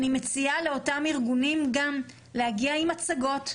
אני מציעה לאותם ארגונים גם להגיע עם מצגות,